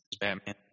Batman